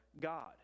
God